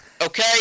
Okay